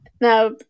now